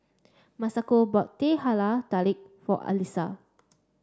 Masako bought Teh Halia Tarik for Elyssa